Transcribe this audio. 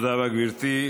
תודה רבה, גברתי.